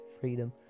freedom